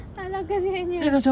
ah lah kasihannya